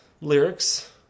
lyrics